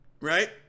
Right